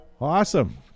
Awesome